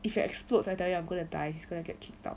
if it explodes I tell I'm going to die is gonna get kicked out